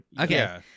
okay